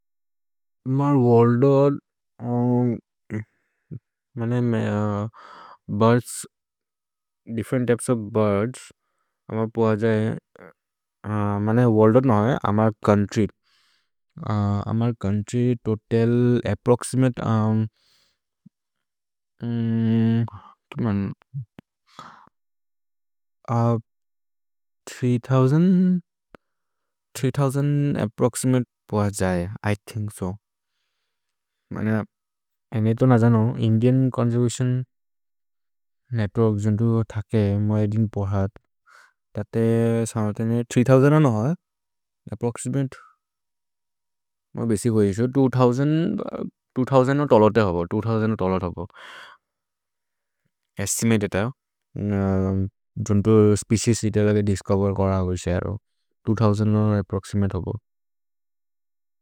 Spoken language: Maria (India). मर् वल्दोद्, मने म्ē birds, different types of birds, मर् पोअ जए, मने वल्दोद् नए, मर् चोउन्त्र्य्, मर् चोउन्त्र्य् तोतल् अप्प्रोक्सिमते, मर् थ्री थोउसन्द् अप्प्रोक्सिमते पोअ जए, इ थिन्क् सो। मने, अने तो न जनो, इन्दिअन् चोन्सेर्वतिओन् नेत्वोर्क् जोन्तो थके, मरे दिन् पहत्, तते सनतेने थ्री थोउसन्द् जनो ह, अप्प्रोक्सिमते, मर् बेसि होइ इसो, त्वो थोउसन्द् जनो तलते हबो, त्वो थोउसन्द् जनो तलते हबो। एस्तिमते जतो, जोन्तो स्पेचिएस् जितते दिस्चोवेर् कर होइ सेहरो, त्वो थोउसन्द् जनो अप्प्रोक्सिमते हबो।